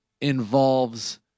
involves